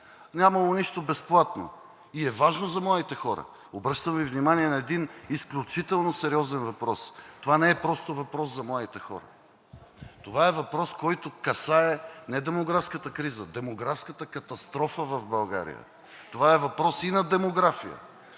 нямало нищо безплатно и е важно за младите хора. Обръщам Ви внимание на един изключително сериозен въпрос. Това не е просто въпрос за младите хора. Това е въпрос, който касае не демографската криза – демографската катастрофа в България. Това е въпрос и на демография,